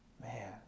Man